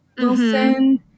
Wilson